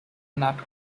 nut